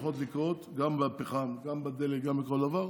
שהולכות לקרות, גם בפחם, גם בדלק, גם בכל דבר,